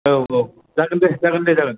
औ औ जागोन दे जागोन दे जागोन